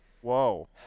whoa